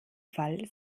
fall